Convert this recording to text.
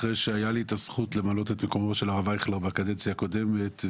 אחרי שהייתה לי הזכות למלא את מקום הרב אייכלר בקדנציה הקודמת,